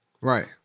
right